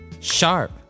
sharp